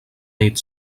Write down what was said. nit